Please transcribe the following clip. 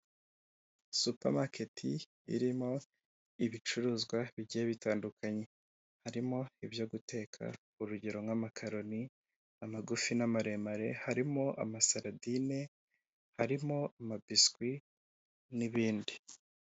Supamaketi irimo ibicuruzwa bigiye bitandukanye, harimo ibyo guteka urugero nk'amakaroni amagufi n'amaremare harimo ama saladine harimo amabiswi n'ibindi.